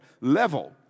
Level